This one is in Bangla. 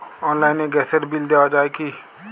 অনলাইনে গ্যাসের বিল দেওয়া যায় কি?